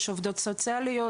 יש עובדות סוציאליות,